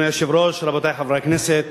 אדוני היושב-ראש, רבותי חברי הכנסת,